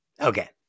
Okay